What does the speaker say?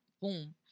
Boom